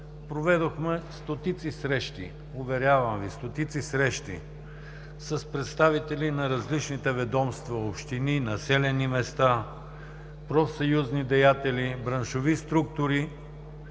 Проведохме стотици срещи, уверяваме Ви, стотици срещи, с представители на различните ведомства, общини, населени места, профсъюзни деятели, браншови структури